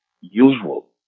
usual